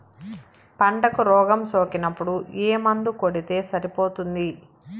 పంటకు రోగం సోకినపుడు ఏ మందు కొడితే సరిపోతుంది?